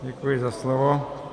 Děkuji za slovo.